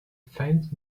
faint